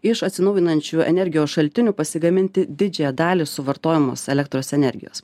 iš atsinaujinančių energijos šaltinių pasigaminti didžiąją dalį suvartojamos elektros energijos